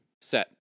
set